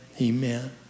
Amen